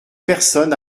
personne